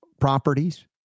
properties